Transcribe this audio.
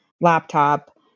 laptop